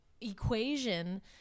Equation